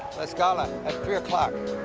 scala at three